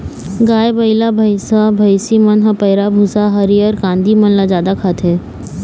गाय, बइला, भइसा, भइसी मन ह पैरा, भूसा, हरियर कांदी मन ल जादा खाथे